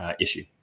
issue